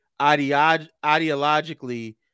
ideologically